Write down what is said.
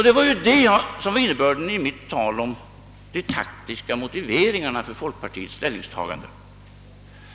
Det var ju detta som var innebörden i mitt tal om de taktiska motiveringarna för folkpartiets ställningstagande.